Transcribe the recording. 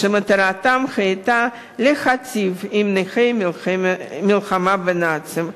שמטרתן היתה להיטיב עם נכי המלחמה בנאצים: